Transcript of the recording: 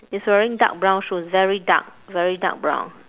he's wearing dark brown shoes very dark very dark brown